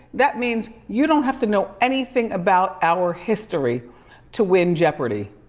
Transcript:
that means you don't have to know anything about our history to win jeopardy.